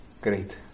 Great